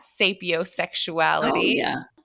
sapiosexuality